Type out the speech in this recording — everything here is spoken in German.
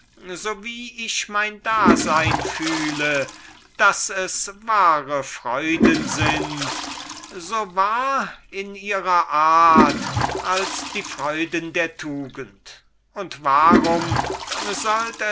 so wie ich mein dasein fühle daß es wahre freuden sind so wahr in ihrer art als die freuden der tugend und warum